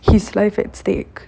his life at stake